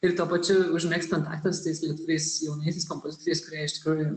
ir tuo pačiu užmegzt kontaktą su tais lietuviais jaunaisiais kompozitoriais kurie iš tikrųjų